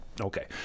okay